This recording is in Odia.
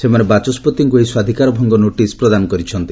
ସେମାନେ ବାଚସ୍ୱତିଙ୍କୁ ଏହି ସ୍ୱାଧୀକାର ଭଙ୍ଗ ନୋଟିସ ପ୍ରଦାନ କରିଛନ୍ତି